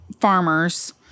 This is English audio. farmers